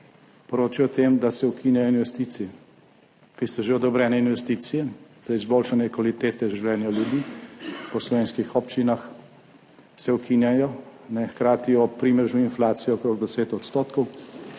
poročajo o tem, da se ukinjajo investicije, ki so že odobrene. Investicije za izboljšanje kvalitete življenja ljudi po slovenskih občinah se ukinjajo, hkrati ob primežu inflacije okrog 10 %,